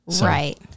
Right